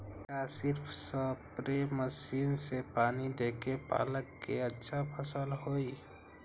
का सिर्फ spray machine से पानी देके पालक के अच्छा फसल होई?